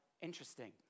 interesting